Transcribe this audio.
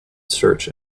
search